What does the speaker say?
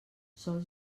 sols